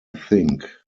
think